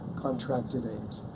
contracted aids.